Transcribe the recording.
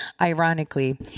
ironically